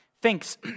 thinks